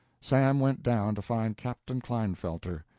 sam went down to find captain klinefelter.